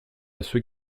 ceux